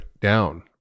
down